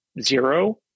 zero